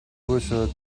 mürrische